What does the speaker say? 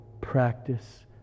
practice